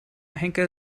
henker